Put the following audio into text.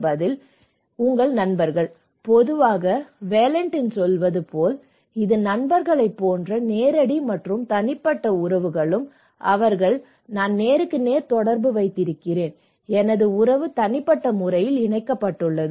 பதில் என் நண்பர்கள் பொதுவாக வாலண்டைன் சொல்வது போல் இது நண்பர்களைப் போன்ற நேரடி மற்றும் தனிப்பட்ட உறவுகள் அவருடன் நான் நேருக்கு நேர் தொடர்பு வைத்திருக்கிறேன் எனது உறவு தனிப்பட்ட முறையில் இணைக்கப்பட்டுள்ளது